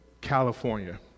california